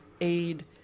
aid